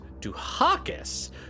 Duhakis